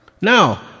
Now